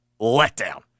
letdown